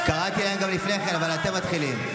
קראתי להם גם, לפני כן, אבל אתם מתחילים.